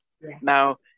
Now